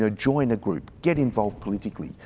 ah join a group, get involved politically,